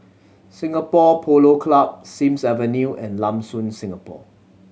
Singapore Polo Club Sims Avenue and Lam Soon Singapore